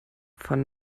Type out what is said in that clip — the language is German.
von